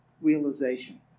realization